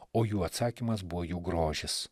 o jų atsakymas buvo jų grožis